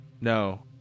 No